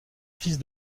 fils